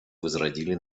возродили